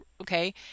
okay